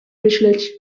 myśleć